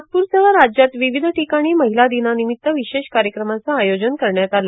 नागपूरसह राज्यात विविध ठिकाणी महिला दिनानिमित्त विशेष कार्यक्रमांचं आयोजन करण्यात आलं